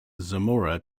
zamora